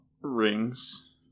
Rings